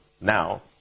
now